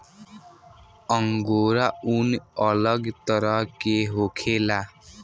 angora ऊन अलग तरह के होखेला